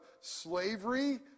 slavery